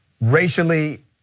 racially